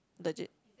legit